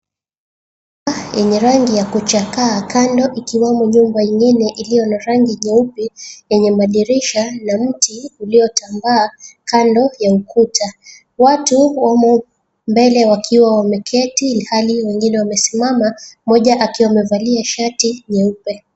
Nyumba yenye rangi ya kuchakaa kando ikiwamo nyumba ingine ilio na rangi nyeupe, yenye madirisha na mti uliotambaa kando ya ukuta. Watu wamo mbele wakiwa wameketi ilhali wengine wamesimama, mmoja akiwa amevalia shati nyeupe.